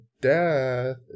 death